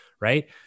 right